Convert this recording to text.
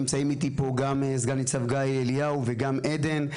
נמצאים איתי פה גם סנ"צ אליהו וגם עדן.